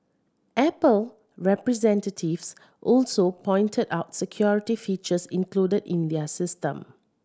Apple representatives also pointed out security features included in their system